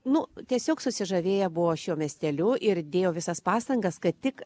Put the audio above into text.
nu tiesiog susižavėję buvo šiuo miesteliu ir dėjo visas pastangas kad tik